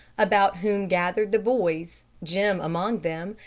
about whom gathered the boys, jim among them,